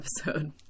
episode